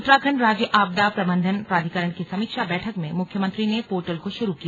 उत्तराखण्ड राज्य आपदा प्रबन्धन प्राधिकरण की समीक्षा बैठक में मुख्यमंत्री ने पोर्टल को शुरू किया